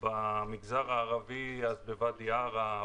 יש במגזר הערבי יש בוואדי ערה,